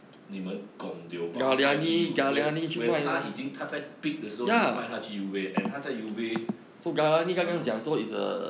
你们 gong tio but 他们卖去 uva when 他已经他在 pick 的时候你们卖他去 uva and 他在 uva !hannor!